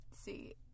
see